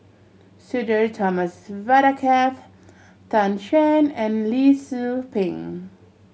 Sudhir Thomas Vadaketh Tan Shen and Lee Tzu Pheng